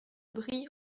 brix